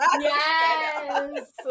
Yes